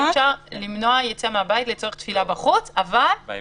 אפשר למנוע יציאה מהבית לצורך תפילה בחוץ אבל רק